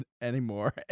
anymore